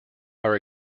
are